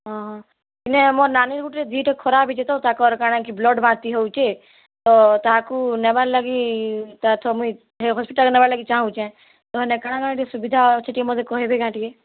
ହଁ ହଁ ନାଇଁ ମୋର୍ ନାନୀ ଗୁଟେ ଦିହ୍ଟା ଖରାପ ହେଇଛେ ତ ତାକୁ ଆର୍ କାଣା କି ବ୍ଲଡ଼୍ ବାନ୍ତି ହଉଛେ ତ ତାହାକୁ ନେବାର୍ ଲାଗି ତା ଅର୍ଥ ମୁଇଁ ହସ୍ପିଟାଲ୍ ନେବାର୍ ଲାଗି ଚାହୁଁଛେଁ ତ ମାନେ କାଣା କାଣା ଏଠି ସୁବିଧା ଅଛି ଟିକେ ମୋତେ କହିଁବେ କାଁ ଟିକେ